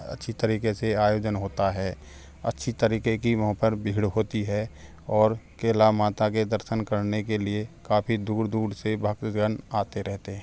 अच्छी तरीके से आयोजन होता है अच्छी तरीके की वहाँ पर भीड़ होती है और केला माता के दर्शन करने के लिए काफ़ी दूर दूर से भक्तजन आते रहते हैं